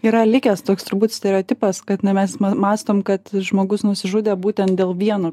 yra likęs toks turbūt stereotipas kad na mes mąstom kad žmogus nusižudė būtent dėl vieno